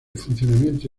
funcionamiento